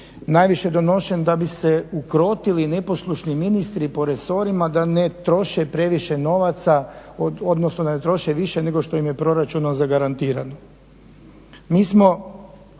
najviše donošen da bi se ukrotili neposlušni ministri po resorima da ne troše previše novaca odnosno da ne troše više nego što im je proračunom zagarantirano. Mi smo